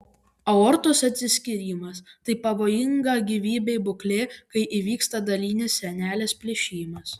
aortos atsiskyrimas tai pavojinga gyvybei būklė kai įvyksta dalinis sienelės plyšimas